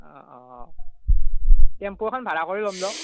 অঁ অঁ টেম্পু এখন ভাড়া কৰি ল'ম দিয়ক